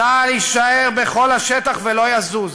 צה"ל יישאר בכל השטח ולא יזוז,